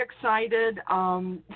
excited